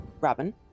robin